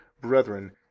brethren